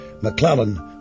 McClellan